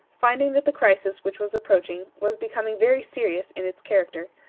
finding that the crisis which was approaching was becoming very serious in its character,